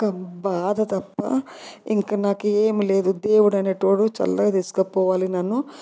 ఒక్క బాధ తప్ప ఇంక నాకు ఏమీ లేదు దేవుడు అనేవాడు చల్లగా తీసుకపోవాలి నన్ను